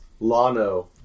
Lano